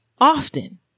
often